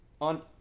on